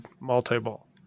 multi-ball